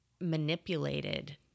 manipulated